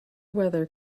weather